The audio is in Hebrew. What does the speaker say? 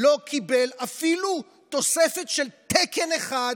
לא קיבל אפילו תוספת של תקן אחד,